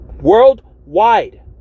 Worldwide